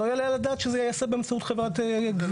ולא יעלה על הדעת שזה ייעשה באמצעות חברת גבייה.